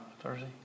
Thursday